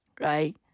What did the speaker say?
Right